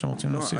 לא.